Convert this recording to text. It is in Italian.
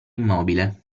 immobile